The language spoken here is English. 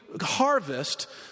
harvest